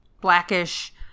Blackish